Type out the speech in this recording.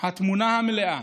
התמונה המלאה,